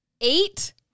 Eight